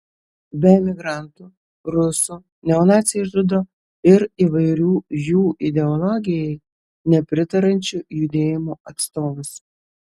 be emigrantų rusų neonaciai žudo ir įvairių jų ideologijai nepritariančių judėjimų atstovus